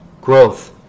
Growth